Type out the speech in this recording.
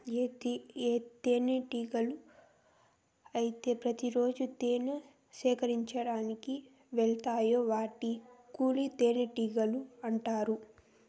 ఏ తేనెటీగలు అయితే ప్రతి రోజు తేనె సేకరించేకి వెలతాయో వాటిని కూలి తేనెటీగలు అంటారు